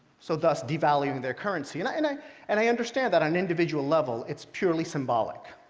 so thus devaluing their currency. and and i and i understand that, on an individual level, it's purely symbolic.